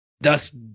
Thus